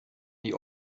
die